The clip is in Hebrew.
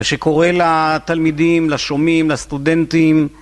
שקורא לתלמידים, לשומעים, לסטודנטים.